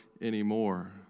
anymore